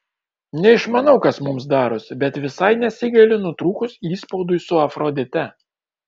neišmanau kas mums darosi bet visai nesigailiu nutrūkus įspaudui su afrodite